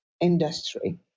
industry